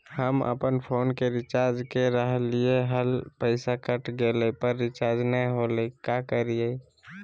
हम अपन फोन के रिचार्ज के रहलिय हल, पैसा कट गेलई, पर रिचार्ज नई होलई, का करियई?